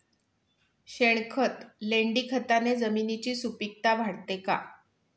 शेणखत, लेंडीखताने जमिनीची सुपिकता वाढते का?